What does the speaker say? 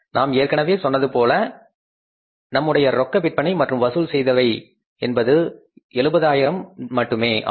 நாம் ஏற்கனவே சொன்னது போல நம்முடைய ரொக்க விற்பனை மற்றும் வசூல் செய்தவை என்பது 70 ஆயிரம் மட்டுமே ஆகும்